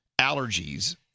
allergies